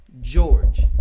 George